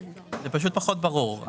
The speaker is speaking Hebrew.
זה פשוט פחות ברור.